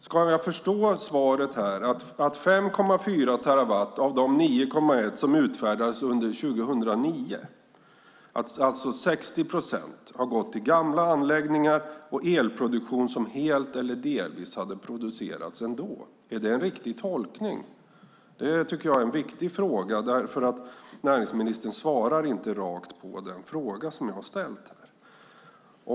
Ska jag förstå svaret som att elcertifikat för 5,4 terawatt av de 9,1 som de utfärdades för 2009, det vill säga 60 procent, har gått till gamla anläggningar och elproduktion som helt eller delvis hade producerats ändå? Är det en riktig tolkning. Det är en viktig fråga, och näringsministern svarar inte direkt på den fråga som jag har ställt här.